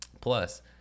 Plus